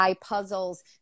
puzzles